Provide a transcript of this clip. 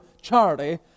charity